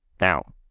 Now